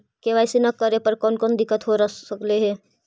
KYC न करे पर कौन कौन दिक्कत हो सकले हे?